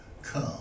Come